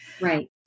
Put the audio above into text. right